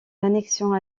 l’annexion